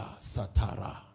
Satara